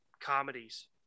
comedies